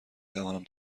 توانم